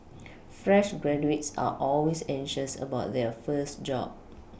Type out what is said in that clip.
fresh graduates are always anxious about their first job